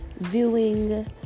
viewing